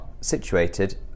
situated